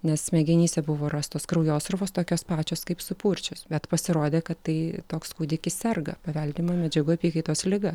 nes smegenyse buvo rastos kraujosruvos tokios pačios kaip supurčius bet pasirodė kad tai toks kūdikis serga paveldima medžiagų apykaitos liga